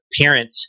parent